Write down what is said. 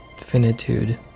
finitude